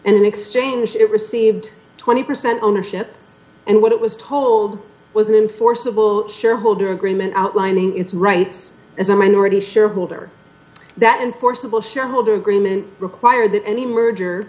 and in exchange it received twenty percent ownership and what it was told was an enforceable shareholder agreement outlining its rights as a minority shareholder that enforceable shareholder agreement require that any merger